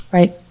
Right